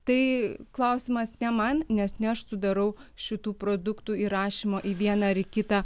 tai klausimas ne man nes ne aš sudarau šitų produktų įrašymo į vieną ar į kitą